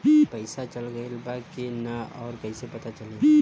पइसा चल गेलऽ बा कि न और कइसे पता चलि?